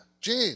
Gene